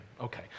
Okay